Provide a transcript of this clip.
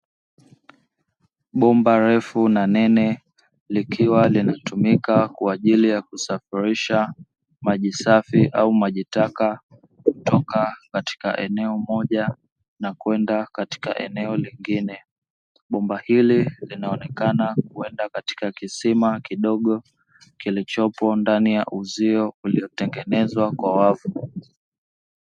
Bomba refu na nene likiwa linatumika kwa ajili ya kusafirisha maji safi au maji taka kutoka katika eneo na kwenda katika eneo lingine, bomba hili linaonekana kwenda katika kisima kidogo kilichopo ndani ya uzio uliotengenezwa kwa wavu.